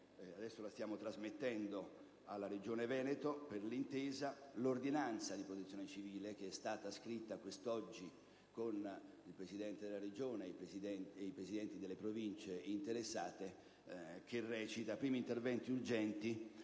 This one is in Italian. la stiamo trasmettendo alla Regione Veneto per l'intesa - l'ordinanza di protezione civile che è stata scritta quest'oggi con il Presidente della Regione e i Presidenti delle Province interessate, la quale recita: «Primi interventi urgenti